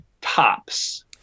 tops